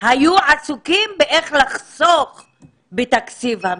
היו עסוקים באיך לחסוך בתקציב המדינה,